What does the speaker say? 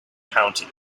county